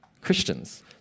Christians